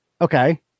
Okay